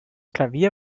klavier